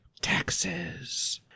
Taxes